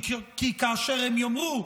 כי כאשר הם יאמרו,